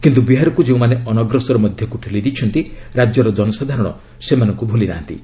କିନ୍ତୁ ବିହାରକୁ ଯେଉଁମାନେ ଅନଗ୍ରସର ମଧ୍ୟକୁ ଠେଲିଦେଇଛନ୍ତି ରାଜ୍ୟର ଜନସାଧାରଣ ସେମାନଙ୍କୁ ଭୁଲି ନାହାନ୍ତି